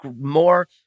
more